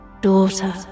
Daughter